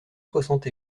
soixante